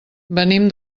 venim